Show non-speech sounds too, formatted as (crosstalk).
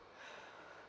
(breath)